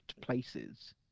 places